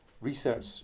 research